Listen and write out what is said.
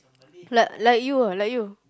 like like you ah like you